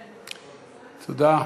תודה.